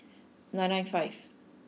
nine nine five